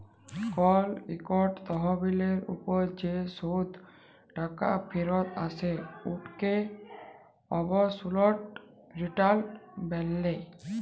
call ইকট তহবিলের উপর যে শেষ টাকা ফিরত আসে উটকে অবসলুট রিটার্ল ব্যলে